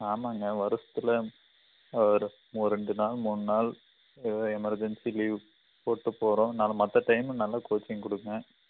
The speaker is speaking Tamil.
ஆமாங்க வருஷத்தில் ஒரு ஒரு ரெண்டு நாள் மூனு நாள் ஏதோ எமெர்ஜென்சிக்கு லீவ் போட்டு போறோம்னாலும் மற்ற டைம் நல்லா கோச்சிங் கொடுங்க